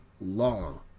long